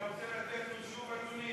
אתה רוצה לתת לו שוב, אדוני?